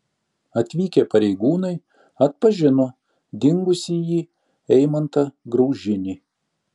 atvykę pareigūnai atpažino dingusįjį eimantą graužinį